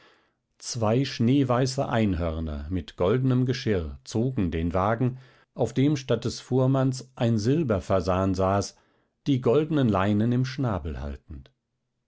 zwei schneeweiße einhörner mit goldenem geschirr zogen den wagen auf dem statt des fuhrmanns ein silberfasan saß die goldnen leinen im schnabel haltend